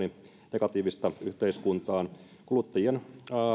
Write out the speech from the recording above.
negatiivista yhteiskuntaan kuluttajien